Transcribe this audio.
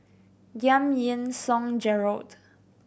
Giam Yean Song Gerald